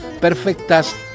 perfectas